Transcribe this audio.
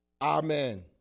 Amen